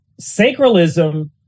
sacralism